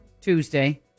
Tuesday